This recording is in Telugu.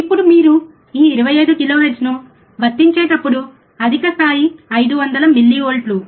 ఇప్పుడు మీరు ఈ 25 కిలోహెర్ట్జ్ను వర్తించేటప్పుడు అధిక స్థాయి 500 మిల్లీవోల్ట్లు